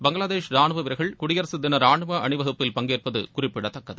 பங்ளாதேஷ் ராணுவ வீரர்கள் குடியரகதின ராணுவ அணி வகுப்பில் பங்கேற்பது குறிப்பிடத்தக்கது